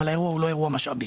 אבל האירוע הוא לא אירוע משאבי.